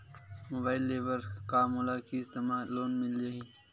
Mobile ले बर का मोला किस्त मा लोन मिल जाही?